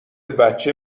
بچه